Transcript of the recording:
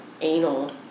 anal